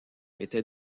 était